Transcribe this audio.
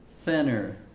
thinner